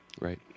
Right